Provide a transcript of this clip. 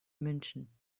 münchen